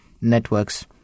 networks